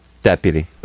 Deputy